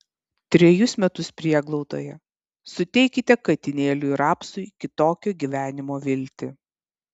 trejus metus prieglaudoje suteikite katinėliui rapsui kitokio gyvenimo viltį